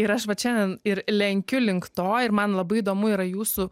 ir aš vat šiandien ir lenkiu link to ir man labai įdomu yra jūsų